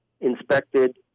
inspected